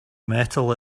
metal